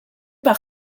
par